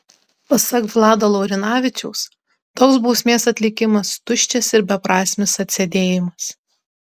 pasak vlado laurinavičiaus toks bausmės atlikimas tuščias ir beprasmis atsėdėjimas